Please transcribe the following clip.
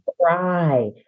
cry